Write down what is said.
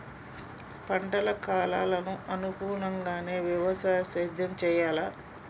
పంటల కాలాలకు అనుగుణంగానే వ్యవసాయ సేద్యం చెయ్యాలా?